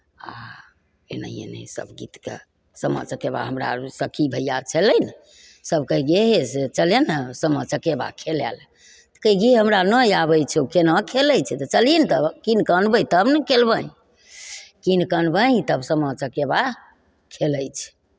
आओर एनाहिए एनाहिए सब गीतके सामा चकेबा हमरा आओर सखी भइआ छलै ने सब कहै कि गे हे से चलै ने सामा चकेबा खेलै ले तऽ कहिए गे हमरा नहि आबै छौ कोना खेलै छै तऽ चलही ने तब किनिके आनबै तब ने खेलबही किनिके आनबही तब सामा चकेबा खेलै छै